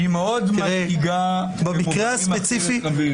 היא מאוד מדאיגה במובנים הכי רחבים.